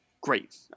great